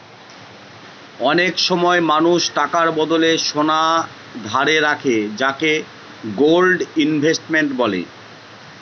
অনেক সময় মানুষ টাকার বদলে সোনা ধারে রাখে যাকে গোল্ড ইনভেস্টমেন্ট বলে